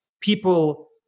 people